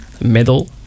middle